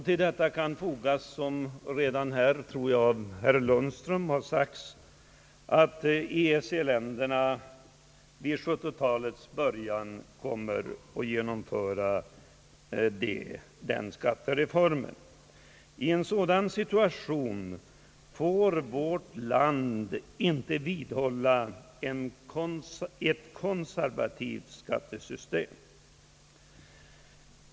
Till detta kan fogas att EEC-länderna — såsom jag tror att herr Lundström redan sagt -— vid 1970-talets början kommer att genomföra motsvarande skattereform, I en sådan situation får vårt land inte hålla fast vid ett konservativt skattesystem.